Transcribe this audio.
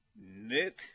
Knit